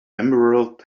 emerald